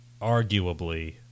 arguably